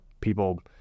people